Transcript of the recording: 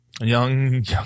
young